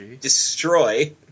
destroy